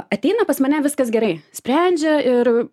ateina pas mane viskas gerai sprendžia ir